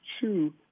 two –